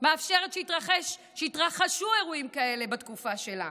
מאפשרת שיתרחשו אירועים כאלה בתקופה שלה?